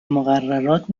مقررات